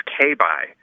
K-by